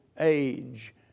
age